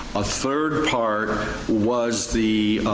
a third part was the.